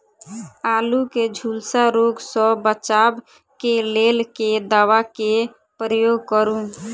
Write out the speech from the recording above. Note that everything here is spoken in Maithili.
आलु केँ झुलसा रोग सऽ बचाब केँ लेल केँ दवा केँ प्रयोग करू?